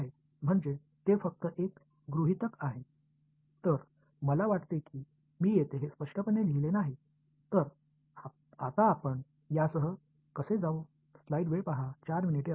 எனவே இது சிறந்தது என்று திட்டமிடப்படாதவற்றில் மட்டுமே செயல்படும் என்று நாங்கள் கூறுவோம் இது ஒரு அனுமானம் மட்டுமே